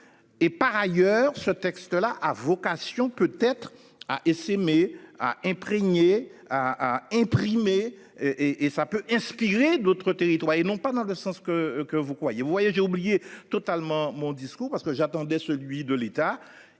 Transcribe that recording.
Et par ailleurs ce texte là à vocation peut-être a essaimé à imprégner a a imprimer. Et et ça peut inspirer d'autres territoires et non pas dans le sens que que vous croyez vous voyagez oublier totalement mon discours parce que j'attendais, celui de l'État